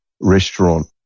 restaurant